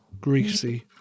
Greasy